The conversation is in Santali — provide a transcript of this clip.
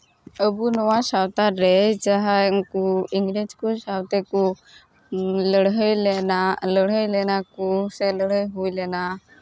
ᱟᱵᱚ ᱱᱚᱣᱟ ᱥᱟᱶᱛᱟ ᱨᱮ ᱡᱟᱦᱟᱸᱭ ᱩᱱᱠᱩ ᱤᱝᱨᱮᱡᱽ ᱠᱚ ᱥᱟᱶᱛᱮ ᱠᱚ ᱞᱟᱹᱲᱦᱟᱹᱭ ᱞᱮᱱᱟ ᱞᱟᱹᱲᱦᱟᱹᱭ ᱞᱮᱱᱟ ᱠᱚ ᱥᱮ ᱞᱟᱹᱲᱦᱟᱹᱭ ᱦᱩᱭ ᱞᱮᱱᱟ